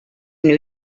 new